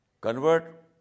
convert